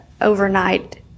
overnight